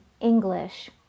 English